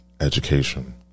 education